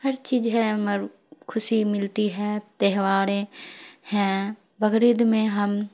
ہر چیز ہے مر خوشی ملتی ہے تہواریں ہیں بقرید میں ہم